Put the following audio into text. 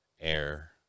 air